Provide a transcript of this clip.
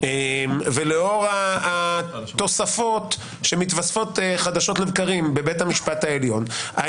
ולאור התוספות שמתווספות חדשות לבקרים בבית המשפט העליון,